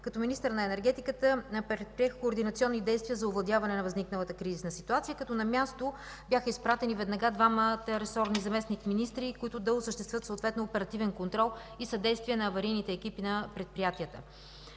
Като министър на енергетиката, предприех координационни действия за овладяване на възникналата кризисна ситуация, като на място бяха изпратени веднага двамата ресорни заместник-министри, които да осъществят съответно оперативен контрол и съдействие на аварийните екипи на предприятията.